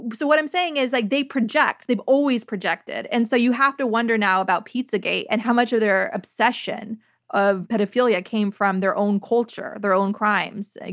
but so what i'm saying is, like they project. they've always projected and so you have to wonder now about pizzagate and how much of their obsession of pedophilia came from their own culture, their own crimes. like